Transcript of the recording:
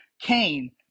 Cain